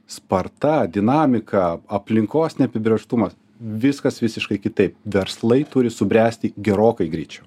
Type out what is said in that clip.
sparta dinamika aplinkos neapibrėžtumas viskas visiškai kitaip verslai turi subręsti gerokai greičiau